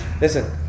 Listen